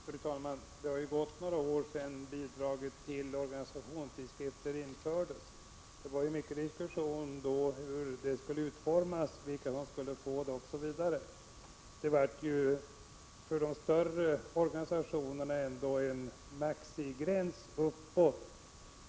Fru talman! Det har gått några år sedan bidraget till organisationstidskrifter infördes. Då fördes många diskussioner om hur stödet skulle utformas, vilka som skulle få det osv. För de större organisationerna infördes en gräns uppåt.